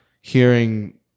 hearing